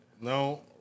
No